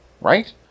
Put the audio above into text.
right